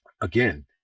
Again